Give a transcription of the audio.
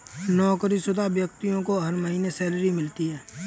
नौकरीशुदा व्यक्ति को हर महीने सैलरी मिलती है